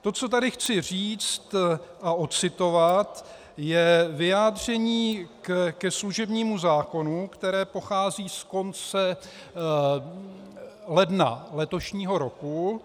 To, co tady chci říct a ocitovat, je vyjádření ke služebnímu zákonu, které pochází z konce ledna letošního roku.